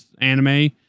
anime